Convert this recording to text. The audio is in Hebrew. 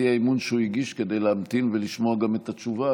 האי-אמון שהוא הגיש כדי להמתין ולשמוע גם את התשובה,